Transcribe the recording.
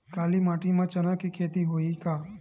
काली माटी म चना के खेती होही का?